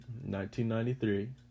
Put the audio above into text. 1993